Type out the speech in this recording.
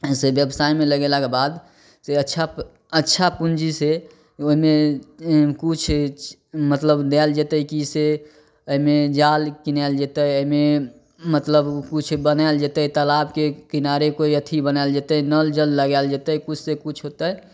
से बेवसाइमे लगेलाके बाद से अच्छा अच्छा पूँजीसे ओहिमे किछु देल जेतै मतलब कि से एहिमे जाल किनाएल जेतै एहिमे मतलब किछु बनाएल जेतै तलाबके किनारे कोइ अथी बनाएल जेतै नल जल लगाएल जेतै किछुसे किछु होतै